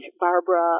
Barbara